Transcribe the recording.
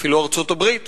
אפילו ארצות-הברית,